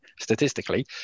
statistically